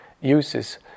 uses